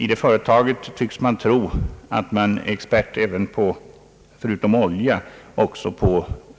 I detta företag tycks man tro att man är expert på förutom olja också